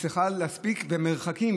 היא צריכה להספיק מרחקים,